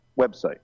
website